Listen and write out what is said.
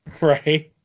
Right